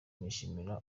nishimira